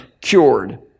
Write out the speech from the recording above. cured